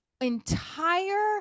entire